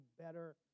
better